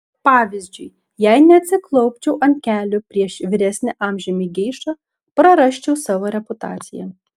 pavyzdžiui jei neatsiklaupčiau ant kelių prieš vyresnę amžiumi geišą prarasčiau savo reputaciją